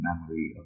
memory